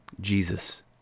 Jesus